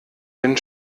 bin